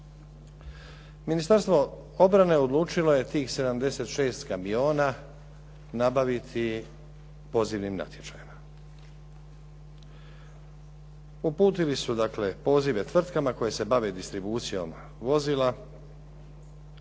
Ministarstvo obrane odlučilo je tih 76 kamiona nabaviti pozivnim natječajima. Uputili su dakle pozive tvrtkama koje se bave distribucijom vozila